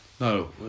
No